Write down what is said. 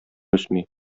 үсми